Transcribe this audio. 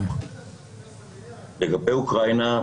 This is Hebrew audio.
לגבי אוקראינה,